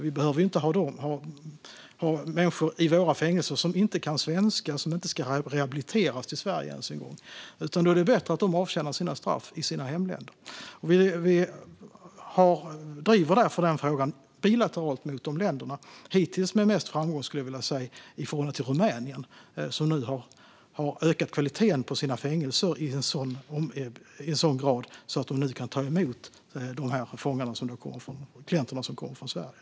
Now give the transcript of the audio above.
Vi behöver inte ha människor i våra fängelser som inte kan svenska och som inte ens en gång ska rehabiliteras i Sverige, utan då är det bättre att de avtjänar sina straff i sina hemländer. Vi driver därför den frågan bilateralt med de länderna, hittills med mest framgång med Rumänien som har ökat kvaliteten på sina fängelser i en sådan grad att de nu kan ta emot de klienter som kommer från Sverige.